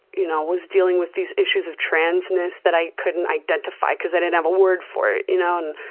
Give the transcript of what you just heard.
you know, was dealing with these issues of trans-ness that i couldn't identify cause i didn't have a word for it. you know and